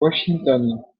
washington